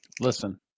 Listen